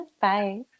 Bye